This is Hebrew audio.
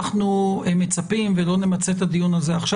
אנחנו מצפים ולא נמצה את הדיון עכשיו,